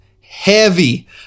heavy